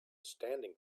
standing